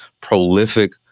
prolific